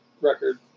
record